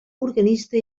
organista